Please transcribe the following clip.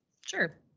sure